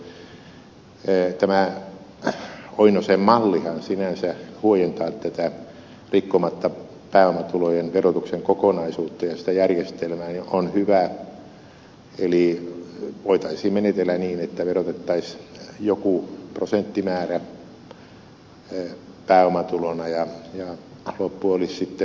tämä oinosen mallihan sinänsä huojentaa tätä rikkomatta pääomatulojen verotuksen kokonaisuutta ja sitä järjestelmää ja on hyvä eli voitaisiin menetellä niin että verotettaisiin joku prosenttimäärä pääomatulona ja loppu olisi sitten verovapaata